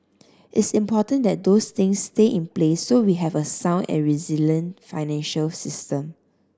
it's important that those things stay in place so we have a sound and resilient financial system